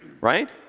right